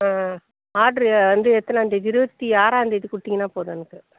ஆ order வந்து எத்தனாந்தேதி இருபத்தி ஆறாந்தேதி கொடுத்தீங்கன்னா போதும் எனக்கு